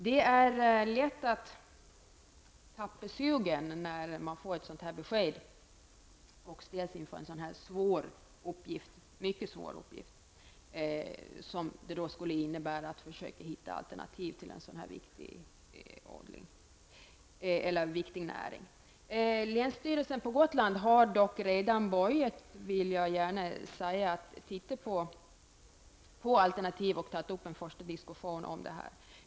Det är lätt att tappa sugen när man får ett sådant här besked och ställs inför en så svår uppgift som det skulle vara att försöka hitta alternativ till en sådan här viktig näring. Men jag vill gärna säga att länsstyrelsen på Gotland redan har börjat titta på alternativ och har tagit upp en första diskussion om detta.